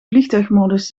vliegtuigmodus